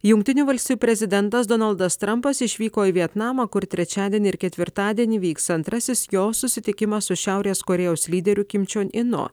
jungtinių valstijų prezidentas donaldas trampas išvyko į vietnamą kur trečiadienį ir ketvirtadienį vyks antrasis jo susitikimas su šiaurės korėjos lyderiu kim čion inu